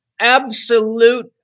absolute